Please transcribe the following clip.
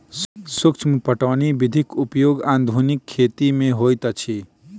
सूक्ष्म पटौनी विधिक उपयोग आधुनिक खेती मे होइत अछि